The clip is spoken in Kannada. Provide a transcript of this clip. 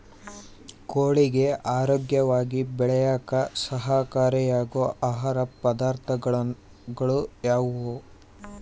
ಕೋಳಿಗೆ ಆರೋಗ್ಯವಾಗಿ ಬೆಳೆಯಾಕ ಸಹಕಾರಿಯಾಗೋ ಆಹಾರ ಪದಾರ್ಥಗಳು ಯಾವುವು?